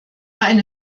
eine